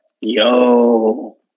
Yo